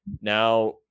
Now